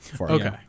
Okay